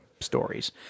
stories